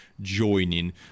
joining